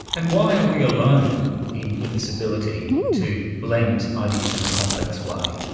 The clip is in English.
and why are we alone in in this ability to blend ideas in a complex way?